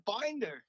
binder